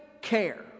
care